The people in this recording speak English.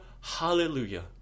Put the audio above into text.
hallelujah